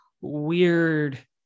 weird